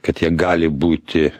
kad jie gali būti